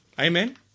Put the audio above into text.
Amen